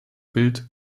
bild